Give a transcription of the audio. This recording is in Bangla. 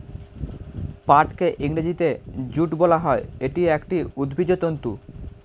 পাটকে ইংরেজিতে জুট বলা হয়, এটি একটি উদ্ভিজ্জ তন্তু